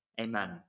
Amen